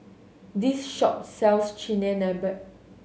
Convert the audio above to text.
this shop sells Chigenabe